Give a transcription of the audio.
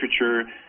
literature